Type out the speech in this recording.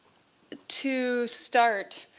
to start,